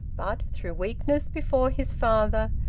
but, through weakness before his father,